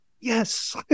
yes